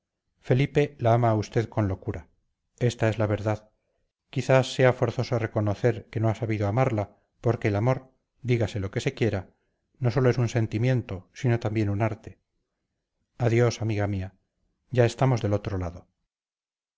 felipe la ama a usted con locura esta es la verdad quizás sea forzoso reconocer que no ha sabido amarla porque el amor dígase lo que se quiera no sólo es un sentimiento sino también un arte adiós amiga mía ya estamos del otro lado